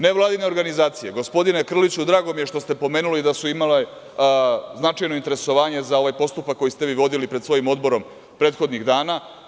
Nevladine organizacije, gospodine Krliću drago mi je što ste pomenuli, da su imale značajno interesovanje za ovaj postupak koji ste vi vodili pred svojim odborom prethodnih dana.